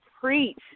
preach